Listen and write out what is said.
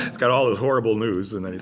and got all the horrible news and then he